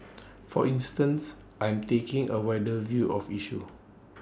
for instance I'm taking A wider view of issues